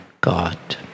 God